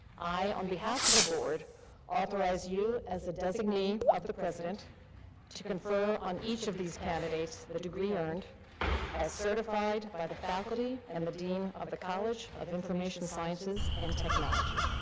i on behalf of the board authorize you as a designee of the president to confer on each of these candidates the the degree earned as certified by the faculty and the dean of the college of information sciences and technology.